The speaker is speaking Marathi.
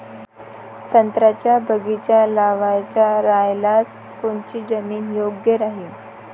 संत्र्याचा बगीचा लावायचा रायल्यास कोनची जमीन योग्य राहीन?